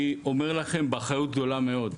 אני אומר לכם באחריות גדולה מאוד,